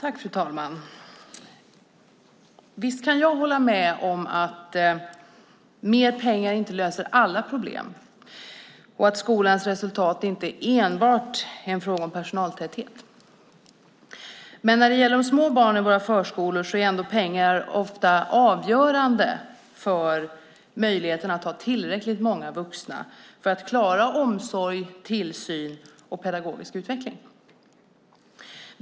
Fru talman! Visst kan jag hålla med om att mer pengar inte löser alla problem och att skolans resultat inte enbart är en fråga om personaltäthet. Men när det gäller de små barnen i våra förskolor är ändå pengar ofta avgörande för möjligheten att ha tillräckligt många vuxna för att klara omsorg, tillsyn och pedagogisk utveckling.